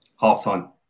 Half-time